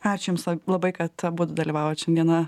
ačiū jums labai kad abudu dalyvavot šiandieną